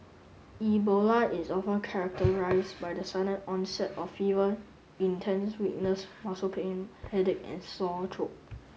Ebola is often characterized by the sudden onset of fever intense weakness muscle pain headache and sore throat